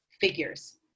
figures